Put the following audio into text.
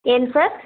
ಏನು ಸರ್